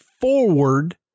forward